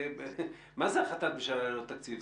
מה זאת החלטת ממשלה ללא תקציב?